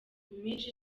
minsi